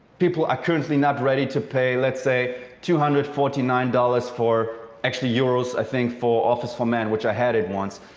people are currently not ready to pay let's say two hundred and forty nine dollars for actually euros i think for office for men, which i had it once.